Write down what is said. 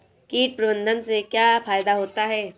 कीट प्रबंधन से क्या फायदा होता है?